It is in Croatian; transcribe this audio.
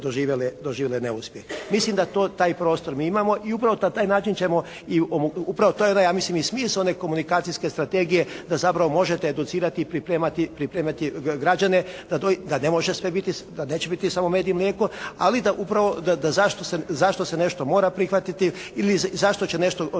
Mislim da to taj prostor mi imamo i upravo da na taj način ćemo i upravo to je i smisao one komunikacijske strategije da zapravo možete educirati i pripremati građane da ne može sve biti, da neće sve biti samo med i mlijeko, ali da upravo, da zašto se nešto mora prihvatiti? Ili zašto će onda nešto